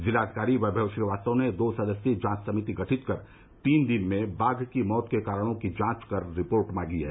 जिलाधिकारी वैभव श्रीवास्तव ने दो सदस्यीय जांच समिति गठित कर तीन दिन में बाघ की मौत के कारणों की जांच कर रिपोर्ट मांगी है